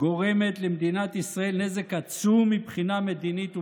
גורמת למדינת ישראל נזק עצום מבחינה מדינית וביטחונית.